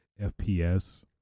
FPS